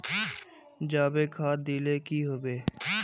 जाबे खाद दिले की होबे?